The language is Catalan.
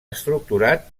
estructurat